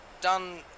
done